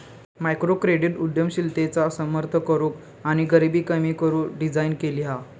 microcredit उद्यमशीलतेचा समर्थन करूक आणि गरीबी कमी करू डिझाईन केली हा